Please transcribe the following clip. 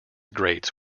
greats